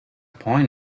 point